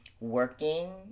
working